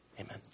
amen